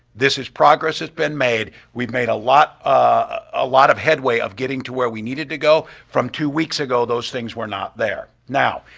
this is progress that's been made. we've made a lot ah lot of headway of getting to where we needed to go from two weeks ago, those things were not there. now,